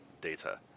data